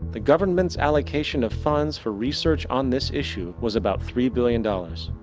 the government's allocation of funds for research on this issue was about three billion dollars.